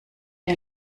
der